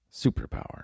Superpower